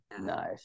nice